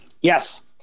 Yes